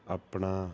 ਆਪਣਾ